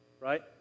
right